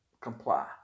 comply